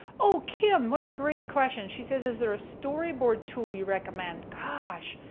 oh kim, what a great question, she says, is there a storyboard tool you recommend? gosh,